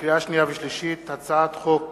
לקריאה שנייה ולקריאה שלישית: הצעת חוק